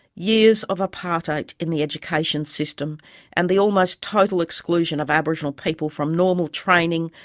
years of apartheid in the education system and the almost total exclusion of aboriginal people from normal training,